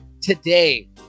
today